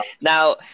Now